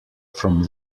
from